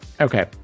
okay